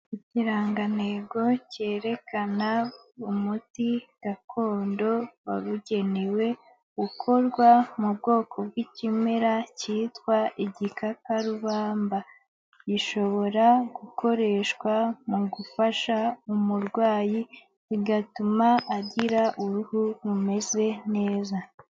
Ikirangantego cyerekana umuti gakondo wabugenewe gukorwa mu bwoko bw'ikimera cyitwa igikakarubamba, gishobora gukoreshwa mu gufasha umurwayi bigatuma agira uruhu rumeze neza.